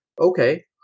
okay